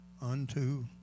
unto